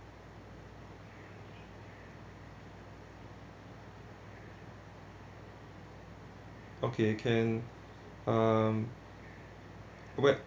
okay can um when